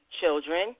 children